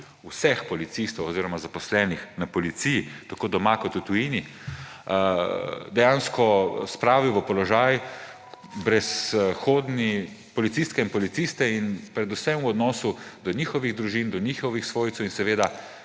vseh policistov oziroma zaposlenih na policiji, tako doma kot v tujini, dejansko spravil v brezizhodni položaj policistke in policiste, predvsem v odnosu do njihovih družin, do njihovih svojcev in seveda